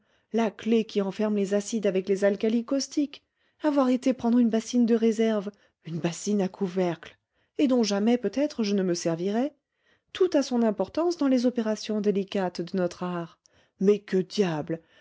la clef qui enferme les acides avec les alcalis caustiques avoir été prendre une bassine de réserve une bassine à couvercle et dont jamais peut-être je ne me servirai tout a son importance dans les opérations délicates de notre art mais que diable